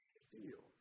steel